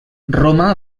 roma